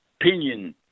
opinion